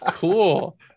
cool